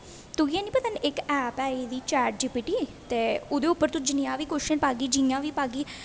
तुगी निं पता इक ऐप है आई the chat G P T ते ओहदे उप्पर तूं जिन्नियां बी कोशन पाह्गी जि'यां बी पाह्गी